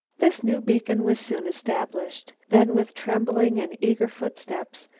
this new beacon was soon established. then, with trembling and eager footsteps,